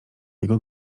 jego